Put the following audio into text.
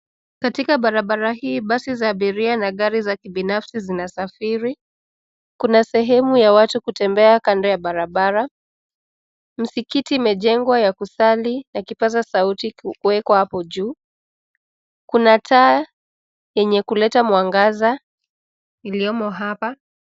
Katika barabara hii basi za abiria na gari za kibinafsi zinasafiri. Kuna sehemu ya watu kutembea kando ya barabara. Musikiti imejengwa ya kusali na kipaza sauti kimewekwa hapo juu. Kuna taa yenye kuleta mwangaza iliyomo hapa.